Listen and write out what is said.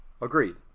agreed